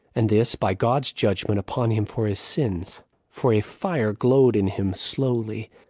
and this by god's judgment upon him for his sins for a fire glowed in him slowly,